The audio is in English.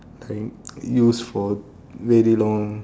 I use for very long